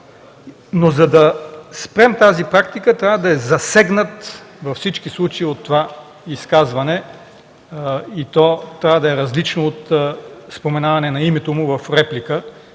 За да спрем тази практика, трябва да е засегнат във всички случаи от изказването, и то трябва да е различно от споменаване само на името в реплика